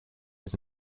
his